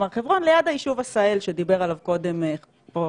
הר חברון ליד היישוב עשהאל שדיבר עליו קודם פה,